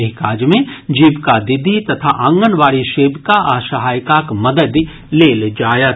एहि काज मे जीविका दीदी तथा आंगनबाड़ी सेविका आ सहायिकाक मददि लेल जायत